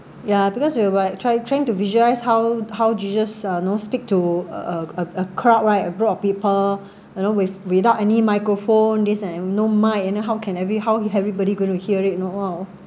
ya because we we're like trying trying to visualise how how jesus you know speak to uh a a crowd right a group of people you know with without any microphone this and no mic~ and then how can every how is everybody going to hear it you know !wow!